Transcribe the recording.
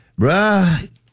bruh